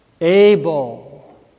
able